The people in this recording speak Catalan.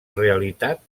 realitat